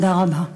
תודה רבה.